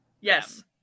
Yes